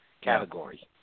category